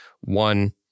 one